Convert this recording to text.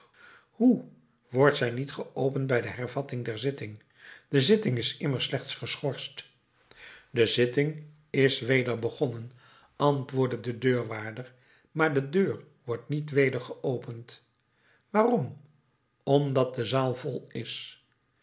hoe wordt zij niet geopend bij de hervatting der zitting de zitting is immers slechts geschorst de zitting is weder begonnen antwoordde de deurwaarder maar de deur wordt niet weder geopend waarom omdat de zaal vol is